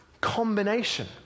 combination